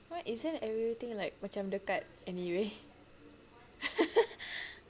but isn't everything like macam dekat anyway